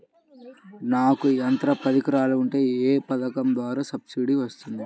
నాకు యంత్ర పరికరాలు ఉంటే ఏ పథకం ద్వారా సబ్సిడీ వస్తుంది?